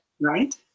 Right